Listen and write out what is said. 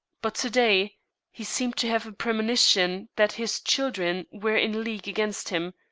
but to-day he seemed to have a premonition that his children were in league against him,